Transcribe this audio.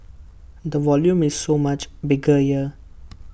the volume is so much bigger here